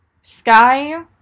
Sky